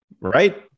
right